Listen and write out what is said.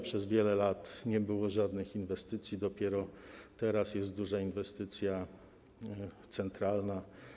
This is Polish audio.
Przez wiele lat nie było żadnych inwestycji, dopiero teraz jest duża inwestycja centralna.